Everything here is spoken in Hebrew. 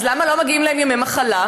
אז למה לא מגיעים להם ימי מחלה?